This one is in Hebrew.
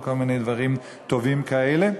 וכל מיני דברים טובים כאלה,